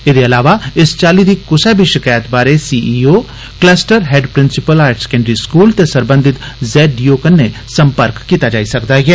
एह्दे इलावा इस चाल्ली दी कुसै बी शकैत बारै CEO cluster head principal higher secondary school ते सरबंधित जेडईओ कन्नै संपर्क कीता जाई सकदा ऐ